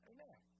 Amen